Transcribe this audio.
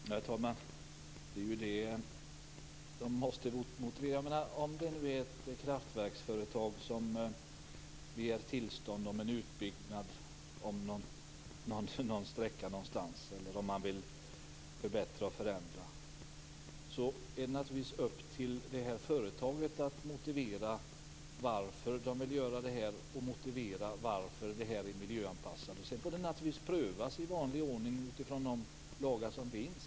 Herr talman! Om det nu är ett kraftverksföretag som begär tillstånd för en utbyggnad av en sträcka någonstans eller vill förbättra och förändra är det naturligtvis upp till det företaget att motivera varför de vill göra det och motivera varför det anses miljöanpassat. Sedan får det naturligtvis prövas i vanlig ordning utifrån de lagar som finns.